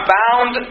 bound